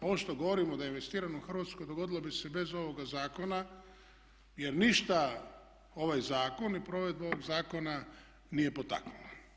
Ovo što govorimo da je investiranu u Hrvatskoj dogodilo bi se i bez ovoga zakona jer ništa ovaj zakon i provedba ovog zakona nije potaknula.